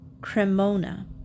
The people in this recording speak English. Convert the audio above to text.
Cremona